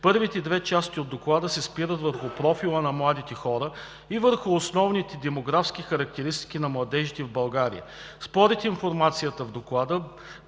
Първите две части от Доклада се спират върху профила на младите хора и върху основните демографски характеристики на младежите в България. Според информацията в доклада